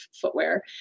footwear